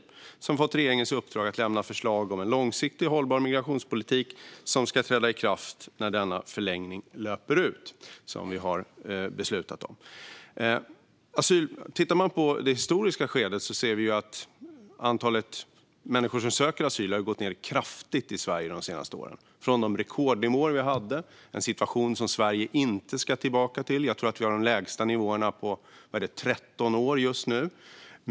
Kommittén har fått regeringens uppdrag att lämna förslag på en långsiktigt hållbar migrationspolitik som ska träda i kraft när den förlängning vi har beslutat om löper ut. Antalet människor som söker asyl i Sverige har minskat kraftigt de senaste åren jämfört med då vi nådde rekordnivåer. Det var en situation som Sverige inte ska tillbaka till. Just nu har vi de lägsta nivåerna på 13 år.